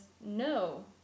no